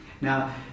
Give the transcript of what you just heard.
Now